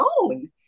own